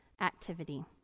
activity